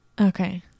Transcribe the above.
Okay